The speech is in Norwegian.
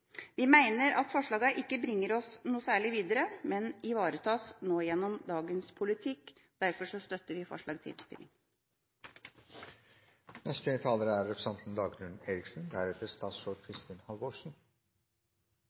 Vi mener at forslagene ikke bringer oss noe særlig videre, men ivaretas gjennom dagens politikk. Derfor støtter vi innstillingen. Hva skal vi leve av etter oljen? sies ofte i nasjonen vår. Hva er